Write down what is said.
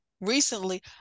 recently